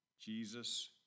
Jesus